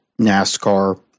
NASCAR